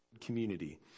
community